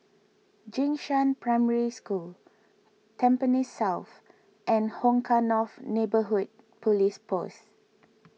Jing Shan Primary School Tampines South and Hong Kah North Neighbourhood Police Post